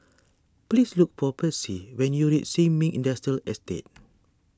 please look for Percy when you reach Sin Ming Industrial Estate